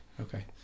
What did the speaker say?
Okay